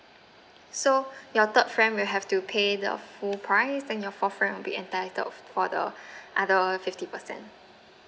so your third friend will have to pay the full price then your fourth friend will be entitled for the other fifty percent